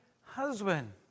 husband